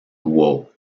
guo